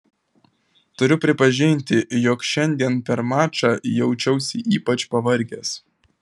turiu pripažinti jog šiandien per mačą jaučiausi ypač pavargęs